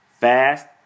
fast